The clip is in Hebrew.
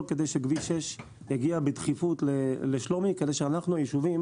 כדי שכביש 6 יגיע בדחיפות לשלומי כדי שאנחנו היישובים